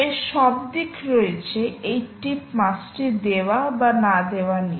তবে সব দিক রয়েছে এই টিপ মাসটি দেওয়া বা না দেওয়া নিয়ে